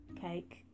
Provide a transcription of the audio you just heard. cake